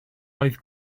oedd